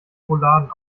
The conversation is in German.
rouladen